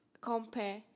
compare